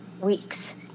weeks